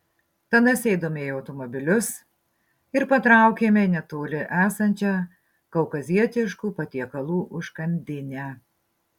tada sėdome į automobilius ir patraukėme į netoli esančią kaukazietiškų patiekalų užkandinę